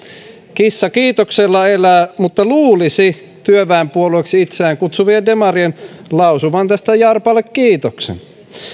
kissa kiitoksella elää mutta luulisi työväenpuolueeksi itseään kutsuvien demarien lausuvan tästä jarpalle kiitoksen